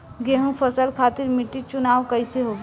गेंहू फसल खातिर मिट्टी चुनाव कईसे होखे?